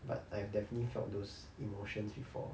but I've definitely felt those emotions before